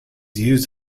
used